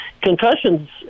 concussions